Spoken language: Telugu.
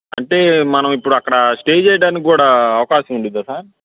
అంటే మనం ఇప్పుడక్కడ స్టే చెయ్యడానిక్కూడా అవకాశం ఉంటుందా సార్